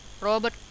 Robert